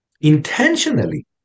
intentionally